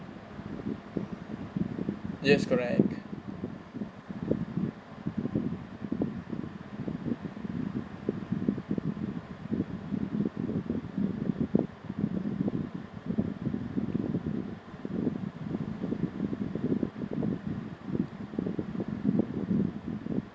yes correct